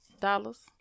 dollars